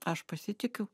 aš pasitikiu